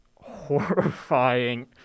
horrifying